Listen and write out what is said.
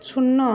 শূন্য